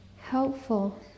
helpful